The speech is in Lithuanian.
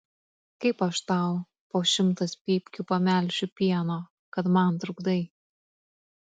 kaip aš tau po šimtas pypkių pamelšiu pieno kad man trukdai